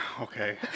okay